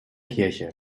kirche